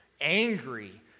angry